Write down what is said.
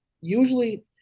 usually